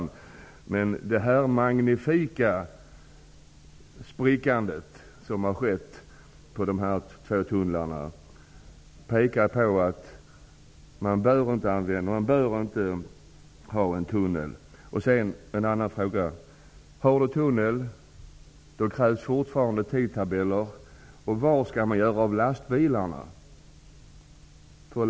Budgetarna för de här tunnlarna har dock spruckit så magnifikt att det pekar på att vi inte bör bygga en tunnel. Med en tunnel krävs det fortfarande tidtabeller. Och vart skall lastbilarna ta vägen?